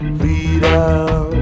freedom